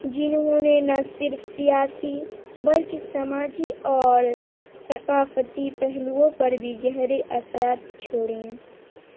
جنہوں نے نہ صرف سیاسی بلکہ سماجی اور ثقافتی پہلوؤں پر بھی گہرے اثرات چھوڑیں